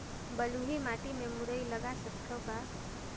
बलुही माटी मे मुरई लगा सकथव का?